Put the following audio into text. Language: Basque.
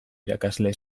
irakasle